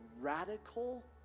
radical